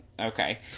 Okay